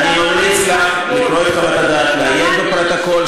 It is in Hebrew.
חברת הכנסת רוזין,